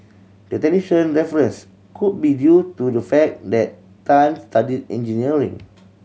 the technician reference could be due to the fact that Tan studied engineering